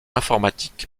informatique